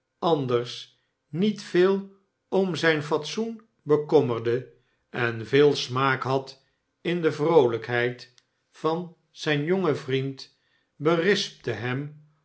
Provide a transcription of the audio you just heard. anders met veel om zijn fatsoen bekommerde en veel smaak had in de vroohjkheid van zijn jongen vriend berispte hem